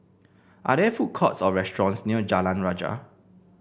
are there food courts or restaurants near Jalan Rajah